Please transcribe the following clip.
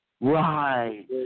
Right